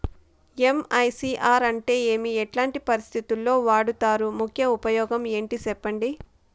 MICR అంటే ఏమి? ఎట్లాంటి పరిస్థితుల్లో వాడుతారు? ముఖ్య ఉపయోగం ఏంటి సెప్పండి?